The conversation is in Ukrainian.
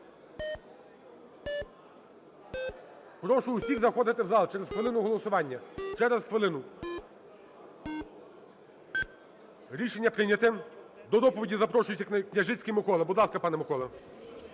Прошу всіх заходити в зал, через хвилину голосування. Через хвилину. 12:02:09 За-179 Рішення прийнято. До доповіді запрошується Княжицький Микола. Будь ласка, пане Микола.